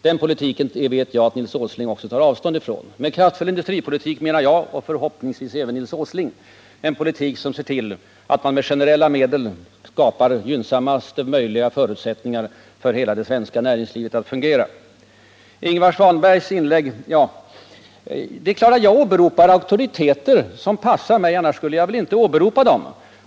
Jag vet att också Nils Åsling tar avstånd från det slags politik. Med kraftfull industripolitik menar däremot jag — och förhoppningsvis även Nils Åsling — en politik som ser till att man med generella medel skapar gynnsammaste möjliga förutsättningar för hela det svenska näringslivet. Med anledning av Ingvar Svanbergs inlägg vill jag medge att det är klart att jag åberopar de auktoriteter som passar mig; annars skulle jag väl inte åberopa dem.